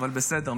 אבל בסדר,